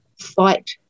fight